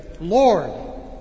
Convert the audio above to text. Lord